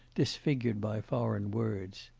disfigured by foreign words.